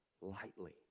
lightly